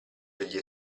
degli